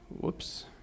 Whoops